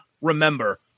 remember